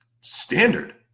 standard